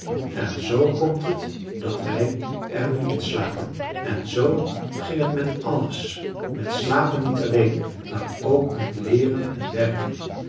en zoo komt het dat wj er nu in slapen en zoo ging het met alles met slapen niet alleen maar ook met leeren en werken